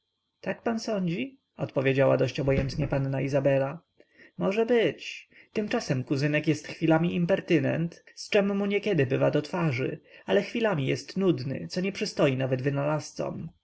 tak pan sądzi odpowiedziała dosyć obojętnie panna izabela może być tymczasem kuzynek jest chwilami impertynent z czem mu niekiedy bywa do twarzy ale chwilami jest nudny co nie przystoi nawet wynalazcom